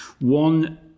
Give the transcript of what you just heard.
One